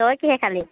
তই কিহে খালি